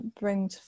bring